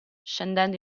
scendendo